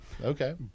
Okay